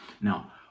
Now